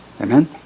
Amen